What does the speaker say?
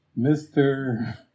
Mr